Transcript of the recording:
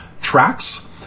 tracks